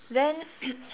then